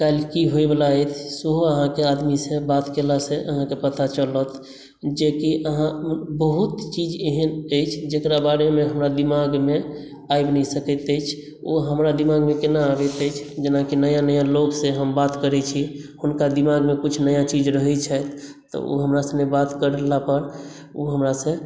काल्हि की होय वला अछि सेहो अहाँके आदमीसँ बात केलासँ अहाँके पता चलत जेकी अहाँ बहुत चीज एहन अछि जेकरा बारेमे हमरा दिमागमे आबि नहि सकैत अछि ओ हमरा दिमागमे केना आबैत अछि जेनाकि नया नया लोकसँ हम बात करै छी हुनका दिमागमे किछु नया चीज रहै छनि तऽ ओ हमरा सङ्गे बात करला पर ओ हमरासँ